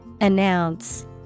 Announce